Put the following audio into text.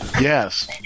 Yes